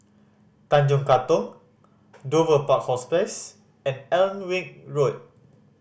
Tanjong Katong Dover Park Hospice and Alnwick Road